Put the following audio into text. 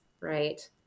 right